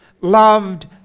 loved